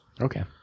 Okay